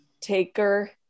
taker